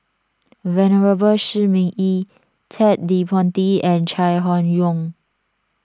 Venerable Shi Ming Yi Ted De Ponti and Chai Hon Yoong